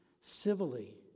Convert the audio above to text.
civilly